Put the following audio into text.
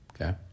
okay